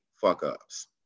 fuck-ups